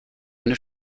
eine